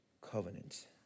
covenant